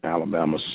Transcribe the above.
Alabama